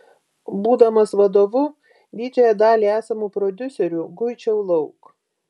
būdamas vadovu didžiąją dalį esamų prodiuserių guičiau lauk